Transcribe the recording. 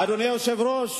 אדוני היושב-ראש,